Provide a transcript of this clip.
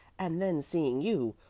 and then seeing you,